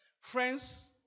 friends